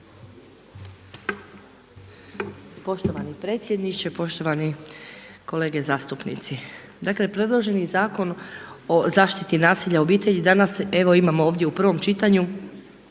Poštovani predsjedniče, poštovani kolege zastupnici. Dakle predloženi Zakon o zaštiti nasilja u obitelji danas evo imamo ovdje u prvom čitanju